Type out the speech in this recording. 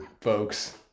folks